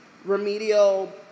remedial